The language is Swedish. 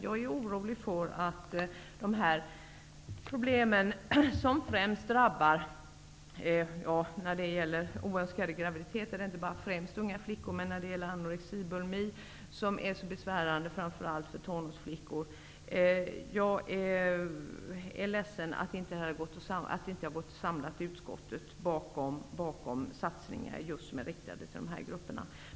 Jag är ledsen över att det när det gäller dessa problem -- oönskade graviditeter samt anorexi och bulimi, som är så besvärande framför allt för tonårsflickor -- inte har gått att samla utskottet bakom åtgärder riktade just mot dessa grupper.